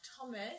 Thomas